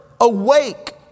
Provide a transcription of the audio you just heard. awake